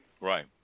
Right